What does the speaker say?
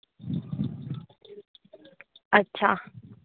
अच्छा